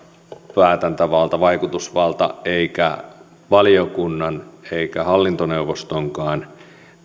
päätäntävalta vaikutusvalta eikä valiokunnan eikä hallintoneuvostonkaan